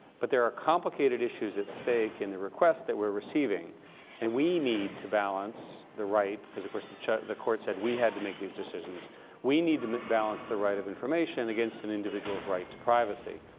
but there are complicated issues at stake in the requests that we're receiving and we need to balance the right because of course, the court said we had to make these decisions we need to balance the right of information against an individual's right to privacy.